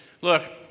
look